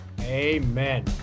amen